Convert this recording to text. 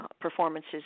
performances